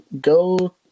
go